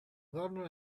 gardener